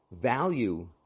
value